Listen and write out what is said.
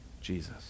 Jesus